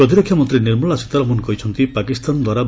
ପ୍ରତିରକ୍ଷା ମନ୍ତ୍ରୀ ନିର୍ମଳା ସୀତାରମଣ କହିଛନ୍ତି' ପାକିସ୍ତାନ ଦ୍ୱାରା